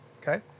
Okay